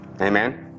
amen